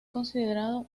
considerado